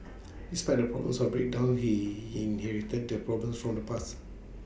despite the problems of breakdowns he inherited the problems from the past